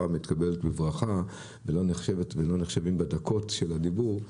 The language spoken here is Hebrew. מתקבלים בברכה ולא נחשבים בדקות של הדיבור.